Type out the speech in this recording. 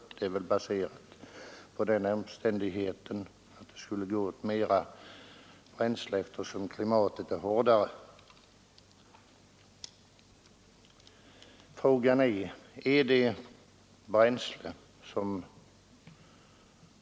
Detta är väl baserat på den omständigheten att det åtgår mera bränsle i dessa län eftersom klimatet där är hårdare.